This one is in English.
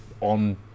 on